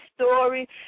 story